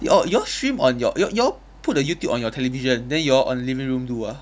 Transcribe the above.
you all you all stream on your you all you all put the YouTube on your television then you all on living room do ah